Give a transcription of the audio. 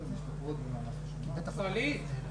הארי,